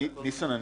אם